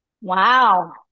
Wow